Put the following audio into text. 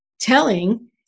telling